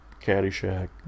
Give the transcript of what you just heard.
Caddyshack